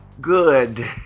Good